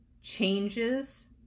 changes